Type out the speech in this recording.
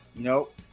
Nope